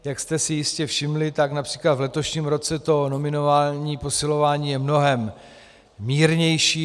Jak jste si jistě všimli, tak například v letošním roce to nominální posilování je mnohem mírnější.